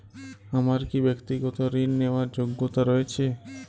আমার কী ব্যাক্তিগত ঋণ নেওয়ার যোগ্যতা রয়েছে?